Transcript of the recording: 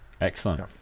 Excellent